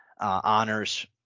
honors